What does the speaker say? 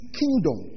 kingdom